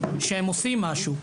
שהם עושים משהו,